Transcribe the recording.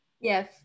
Yes